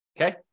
Okay